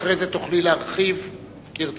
אחרי זה תוכלי להרחיב כרצונך,